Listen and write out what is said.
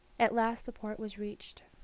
at last the port was reached.